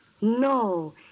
No